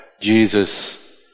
Jesus